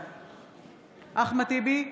בעד אחמד טיבי,